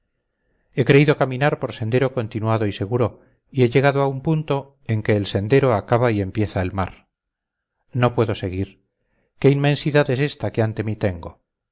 he creído caminar por sendero continuado y seguro y he llegado a un punto en que el sendero acaba y empieza el mar no puedo seguir qué inmensidad es esta que ante mí tengo